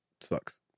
sucks